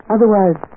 Otherwise